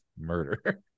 murder